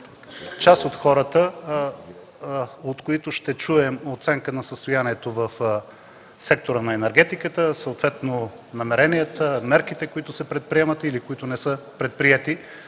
част от хората, от които ще чуем оценка за състоянието в сектора на енергетиката, съответно намеренията, мерките, които се предприемат или не са предприети,